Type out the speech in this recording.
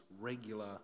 regular